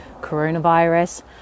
coronavirus